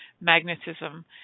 magnetism